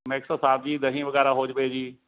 mix ਸਬਜ਼ੀ ਦਹੀਂ ਵਗੈਰਾ ਹੋ ਜਵੇ ਜੀ